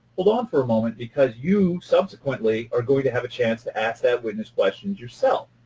hold on for a moment because you subsequently are going to have a chance to ask that witness questions yourself.